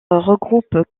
regroupe